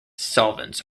solvents